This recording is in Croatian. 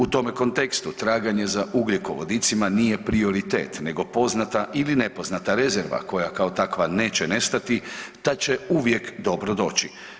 U tome kontekstu, traganje za ugljikovodicima nije prioritet nego poznata ili nepoznata rezerva, koja kao takva neće nestati, ta će uvijek dobro doći.